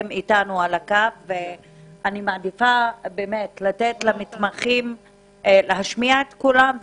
מעדיפה שניתן למתמחים להשמיע את קולם.